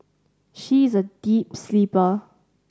she is a deep sleeper